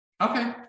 okay